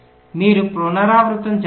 మీరు పునరావృతం చేస్తారు